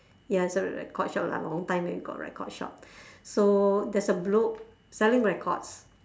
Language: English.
ya it's a record shop lah long time then got record shop so there's a bloke selling records